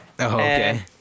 Okay